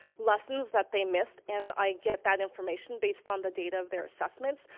lessons that they missed, and i get that information based on the data of their assessments.